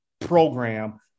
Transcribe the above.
program